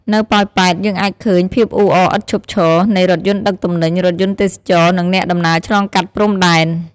នៅប៉ោយប៉ែត យើងអាចឃើញ ភាពអ៊ូអរឥតឈប់ឈរ នៃរថយន្តដឹកទំនិញ រថយន្តទេសចរណ៍ និងអ្នកដំណើរឆ្លងកាត់ព្រំដែន។